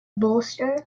bolster